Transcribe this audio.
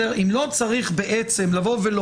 אם לא צריך לומר: